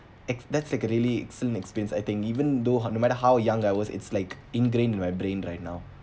ex~ that's a really excellent experience I think even though no matter how young I was it's like ingrain my brain right now